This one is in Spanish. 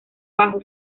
bajo